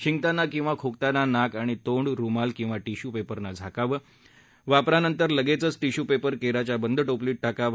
शिंकताना किंवा खोकताना नाक आणि तोंड रुमाल किंवा टिश्यू प्रसिं झाकावावापरानंतर लगद्धि टिश्यूप्रसिं क्रिच्या बंद टोपलीत टाकावा